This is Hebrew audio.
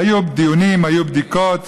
היו דיונים, היו בדיקות